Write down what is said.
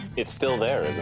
it's still there, isn't